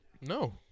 No